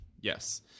Yes